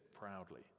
proudly